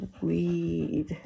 weed